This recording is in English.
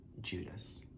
judas